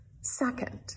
Second